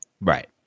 Right